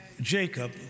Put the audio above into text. Jacob